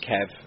Kev